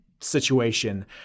situation